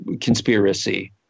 conspiracy